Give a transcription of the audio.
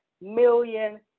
million